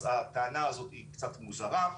אז הטענה הזאת היא קצת מוזרה.